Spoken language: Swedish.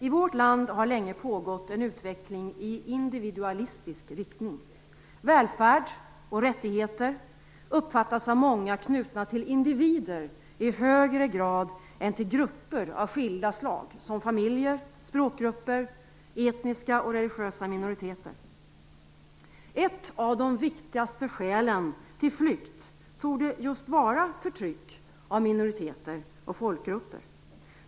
I vårt land har länge pågått en utveckling i individualistisk riktning. Välfärd och rättigheter uppfattas av många som knutna till individer i högre grad än till grupper av skilda slag, som familjer, språkgrupper, etniska och religiösa minoriteter. Ett av de viktigaste skälen till flykt torde vara just förtryck av minoriteter och folkgrupper.